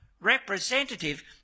representative